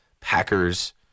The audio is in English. Packers